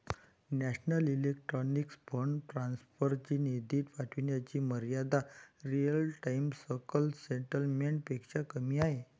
national electronic fund transfer ची निधी पाठविण्याची मर्यादा रिअल टाइम सकल सेटलमेंट पेक्षा कमी आहे